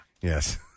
Yes